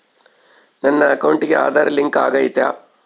ನನ್ನ ಅಕೌಂಟಿಗೆ ಆಧಾರ್ ಲಿಂಕ್ ಆಗೈತಾ?